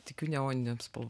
tikiu neoninėm spalvom